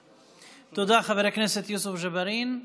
תודה, חבר הכנסת יוסף ג'בארין.